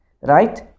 right